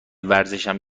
ورزشم